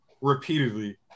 repeatedly